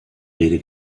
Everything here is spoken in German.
rede